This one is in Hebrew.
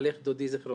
על איך דודי ז"ל